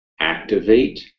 activate